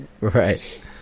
Right